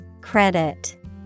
Credit